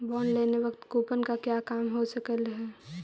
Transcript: bond लेते वक्त coupon का क्या काम हो सकलई हे